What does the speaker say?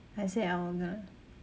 I say I will no no